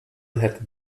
had